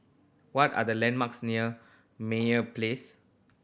what are the landmarks near Meyer Place